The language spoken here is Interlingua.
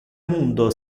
mundo